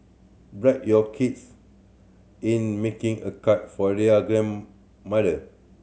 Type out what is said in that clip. bribe your kids in making a card for their grandmother